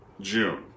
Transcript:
june